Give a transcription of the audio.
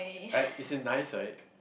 uh is it nice right